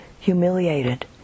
humiliated